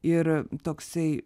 ir toksai